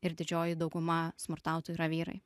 ir didžioji dauguma smurtautojų yra vyrai